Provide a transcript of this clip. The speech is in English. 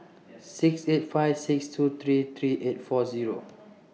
six eight five six two three three eight four Zero